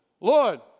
Lord